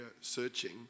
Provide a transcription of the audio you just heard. searching